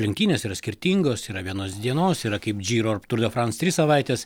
lenktynės yra skirtingos yra vienos dienos yra kaip džiro ar tur de frans trys savaitės